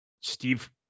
Steve